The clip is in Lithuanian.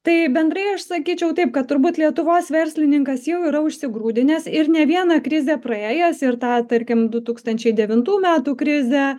tai bendrai aš sakyčiau taip kad turbūt lietuvos verslininkas jau yra užsigrūdinęs ir ne vieną krizę praėjęs ir tą tarkim du tūkstančiai devintų metų krizę